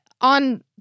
on